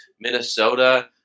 minnesota